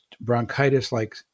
bronchitis-like